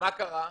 ומה קרה?